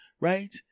right